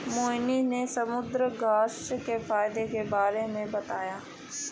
मोहिनी ने समुद्रघास्य के फ़ायदे के बारे में बताया